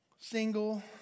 single